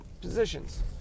positions